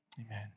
Amen